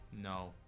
no